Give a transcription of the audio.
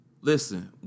Listen